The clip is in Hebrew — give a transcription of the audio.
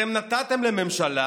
אתם נתתם לממשלה